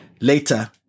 later